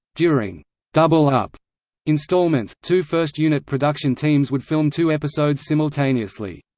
during double-up instalments, two first-unit production teams would film two episodes simultaneously.